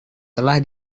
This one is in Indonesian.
telah